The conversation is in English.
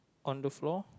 on the floor